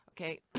okay